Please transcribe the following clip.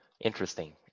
Interesting